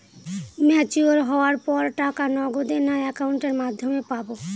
Mature হওয়ার পর টাকা নগদে না অ্যাকাউন্টের মাধ্যমে পাবো?